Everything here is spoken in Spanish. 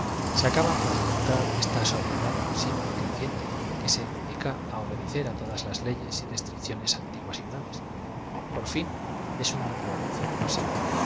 se acaba por encontrar esta sobriedad siempre creciente que se de dica á obedecer a todas las leyes y restricciones anti guas y nuevas y por fin es una violencia